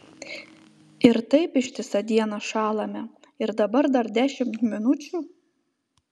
ir taip ištisą dieną šąlame ir dabar dar dešimt minučių